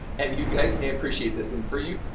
and you guys may appreciate this and for you,